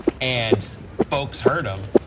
and folks heard um